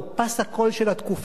הפסקול של התקופה,